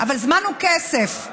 זמן הוא כסף.